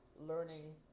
learning